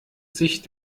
sich